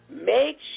Make